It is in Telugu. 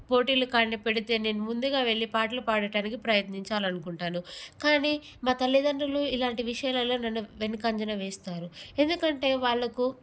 పోటీలు కానీ పెడితే నేను ముందుగా వెళ్ళి పాటలు పాడటానికి ప్రయత్నించాలనుకుంటాను కానీ మా తల్లిదండ్రులు ఇలాంటి విషయాలలో నన్ను వెనుకంజ వేస్తారు ఎందుకంటే వాళ్ళకి